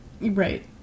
Right